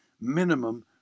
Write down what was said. minimum